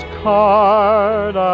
card